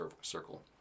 circle